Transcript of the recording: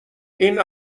این